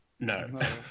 No